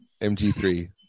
MG3